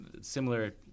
similar